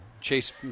chase